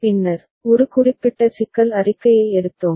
பின்னர் ஒரு குறிப்பிட்ட சிக்கல் அறிக்கையை எடுத்தோம்